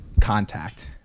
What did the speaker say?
contact